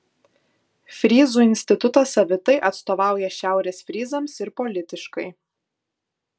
fryzų institutas savitai atstovauja šiaurės fryzams ir politiškai